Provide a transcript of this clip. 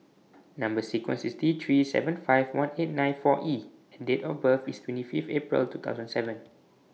Number sequence IS T three seven five one eight nine four E and Date of birth IS twenty Fifth April two thousand seven